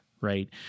right